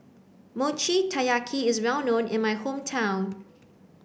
Mochi Taiyaki is well known in my hometown